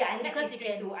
because you can